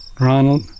Ronald